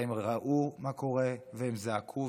והם ראו מה קורה והם זעקו.